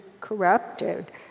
corrupted